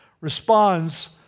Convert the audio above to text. responds